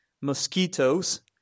Mosquitoes